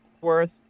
worth